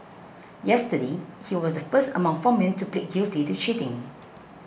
yesterday he was the first among four men to plead guilty to cheating